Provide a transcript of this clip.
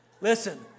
Listen